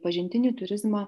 pažintinį turizmą